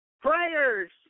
prayers